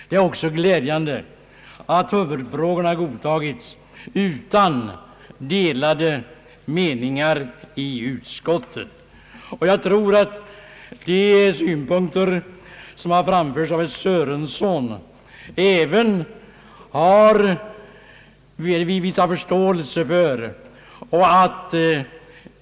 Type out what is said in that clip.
Det är också glädjande att huvudpunkterna godtagits utan delade meningar i utskottet. Jag tror att vi även har visat förståelse för de synpunkter som anförts av herr Sörenson.